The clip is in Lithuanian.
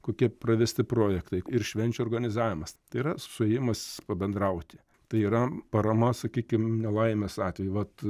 kokie pravesti projektai ir švenčių organizavimas tai yra suėjimas pabendrauti tai yra parama sakykim nelaimės atveju vat